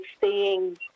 seeing